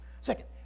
Second